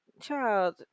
child